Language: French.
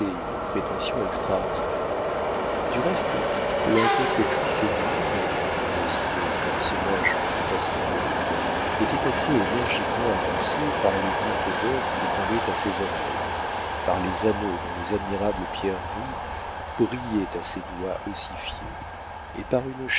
une prétention extraordinaire du reste la coquetterie féminine de ce personnage fantasmagorique était assez énergiquement annoncée par les boucles d'or qui pendaient à ses oreilles par les anneaux dont les admirables pierreries brillaient à ses doigts ossifiés et par une